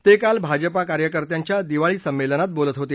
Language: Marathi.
ते काल भाजपा कार्यकर्त्यांच्या दिवाळी संमेलनात बोलत होते